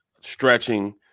stretching